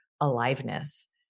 aliveness